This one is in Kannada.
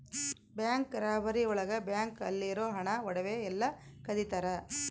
ಬ್ಯಾಂಕ್ ರಾಬರಿ ಒಳಗ ಬ್ಯಾಂಕ್ ಅಲ್ಲಿರೋ ಹಣ ಒಡವೆ ಎಲ್ಲ ಕದಿತರ